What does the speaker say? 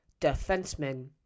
defensemen